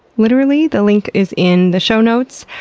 literally. the link is in the show notes.